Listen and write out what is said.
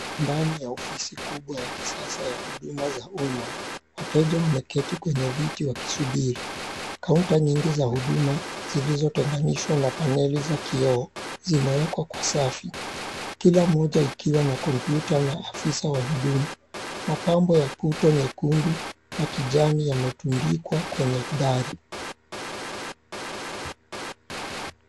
Ndani ya ofisi kubwa ya kisasa ya huduma za umma. Wateja wameketi kwenye viti wakisubiri. Kaunta nyingi za huduma zilizotenganishwa na paneli za kioo zimewekwa kwa safi. Kila moja ikiwa na kompyuta na afisa wa huduma. Mapambo ya kuto nyekundu na kijani yametundikwa kwenye dari.